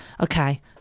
Okay